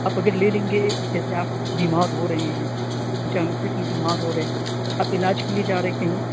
آپ اگر لے لیں گے جیسے آپ بیمار ہو رہے ہیں اچانک سے کہیں بیمار ہو رہے ہیں آپ علاج کے لیے جا رہے کہیں